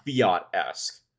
fiat-esque